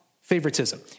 favoritism